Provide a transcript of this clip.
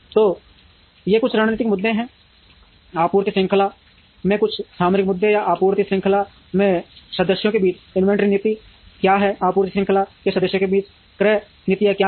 तो ये कुछ रणनीतिक मुद्दे हैं आपूर्ति श्रृंखला में कुछ सामरिक मुद्दे या आपूर्ति श्रृंखला के सदस्यों के बीच इन्वेंट्री नीति क्या है आपूर्ति श्रृंखला के सदस्यों के बीच क्रय नीतियां क्या हैं